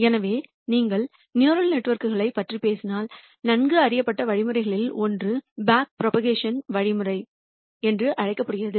எனவே நீங்கள் நியூரல் நெட்வொர்க்குகளைப் பற்றி பேசினால் நன்கு அறியப்பட்ட வழிமுறைகளில் ஒன்று பேக் புரோபகேஷன் வழிமுறை என்று அழைக்கப்படுகிறது